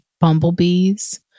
bumblebees